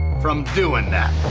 from doin' that?